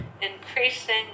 increasing